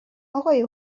آقای